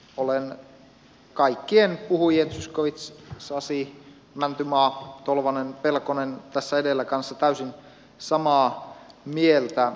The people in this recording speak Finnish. olen kaikkien puhujien zyskowicz sasi mäntymaa tolvanen pelkonen tässä edellä kanssa täysin samaa mieltä